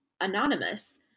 anonymous